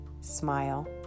smile